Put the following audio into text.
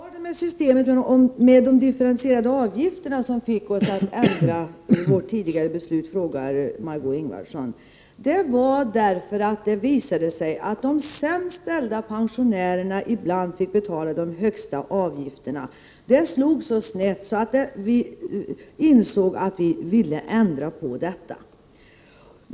Herr talman! Vad var det med systemet med de differentierade avgifterna som fick oss att ändra vårt tidigare beslut, frågar Margé Ingvardsson. Det var det faktum att det visade sig att de sämst ställda pensionärerna ibland fick betala de högsta avgifterna. Det slog alltså så snett att vi ville ändra det.